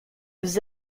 aux